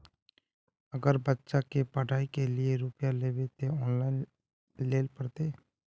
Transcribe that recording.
अगर बच्चा के पढ़ाई के लिये रुपया लेबे ते ऑनलाइन लेल पड़ते?